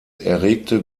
erregte